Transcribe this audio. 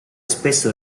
spesso